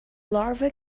larva